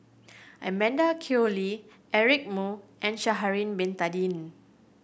Amanda Koe Lee Eric Moo and Sha'ari Bin Tadin